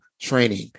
training